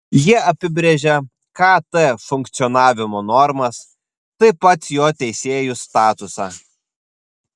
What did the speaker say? jie apibrėžia kt funkcionavimo normas taip pat jo teisėjų statusą